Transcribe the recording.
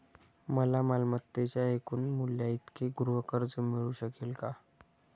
मला मालमत्तेच्या एकूण मूल्याइतके गृहकर्ज मिळू शकेल का?